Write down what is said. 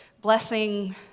blessing